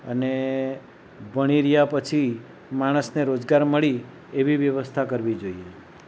અને ભણી રહ્યા પછી માણસને રોજગાર મળી એવી વ્યવસ્થા કરવી જોઈએ